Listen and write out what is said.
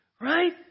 right